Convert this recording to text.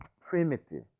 primitive